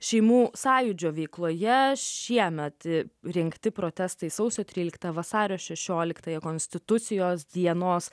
šeimų sąjūdžio veikloje šiemet rengti protestai sausio tryliktą vasario šešioliktąją konstitucijos dienos